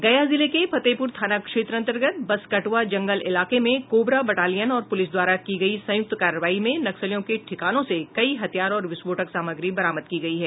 गया जिले के फतेहपुर थाना क्षेत्र अंतर्गत बसकटवा जंगल इलाके में कोबरा बटालियन और पुलिस द्वारा की गयी संयुक्त कार्रवाई में नक्सलियों के ठिकानों से कई हथियार और विस्फोटक सामग्री बरामद की गयी है